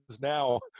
now